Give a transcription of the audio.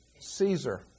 Caesar